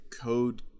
code